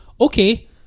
okay